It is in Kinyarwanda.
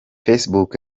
facebook